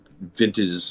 vintage